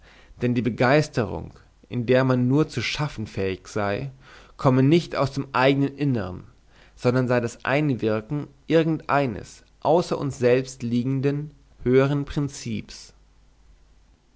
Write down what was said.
denn die begeisterung in der man nur zu schaffen fähig sei komme nicht aus dem eignen innern sondern sei das einwirken irgend eines außer uns selbst liegenden höheren prinzips